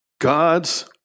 God's